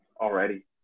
already